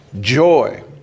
Joy